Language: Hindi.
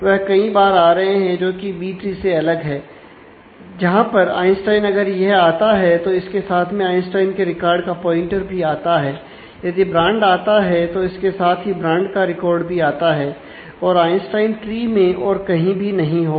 वह कई बार आ रहे हैं जो कि बी ट्री से अलग है जहां पर आइंस्टाइन अगर यह आता है तो इसके साथ में आइंस्टाइन के रिकॉर्ड का पॉइंटर भी आता है यदि ब्रांड आता है तो इसके साथ ही ब्रांड का रिकॉर्ड भी आता है और आइंस्टाइन ट्री में और कहीं भी नहीं होगा